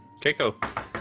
Keiko